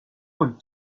con